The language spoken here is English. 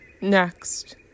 Next